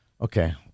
Okay